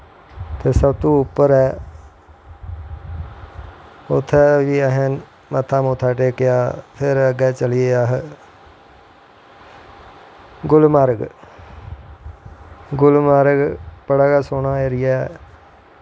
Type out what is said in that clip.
ते सब तो उप्पर ऐ ते उत्थें बी असैं मत्था मुत्था टेकेआ फिर अग्गैं चली गे अस गुलमार्ग गुलमार्ग बड़ा गै सोह्नां एरिया ऐ